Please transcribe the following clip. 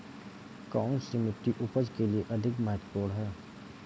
कौन सी मिट्टी उपज के लिए अधिक महत्वपूर्ण है?